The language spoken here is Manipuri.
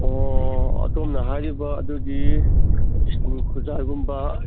ꯑꯣ ꯑꯗꯣꯝꯅ ꯍꯥꯏꯔꯤꯕ ꯑꯗꯨꯗꯤ ꯏꯁꯇꯤꯜ ꯈꯨꯖꯥꯏꯒꯨꯝꯕ